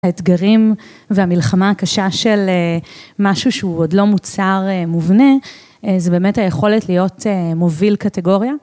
האתגרים והמלחמה הקשה של משהו שהוא עוד לא מוצר מובנה, זה באמת היכולת להיות מוביל קטגוריה.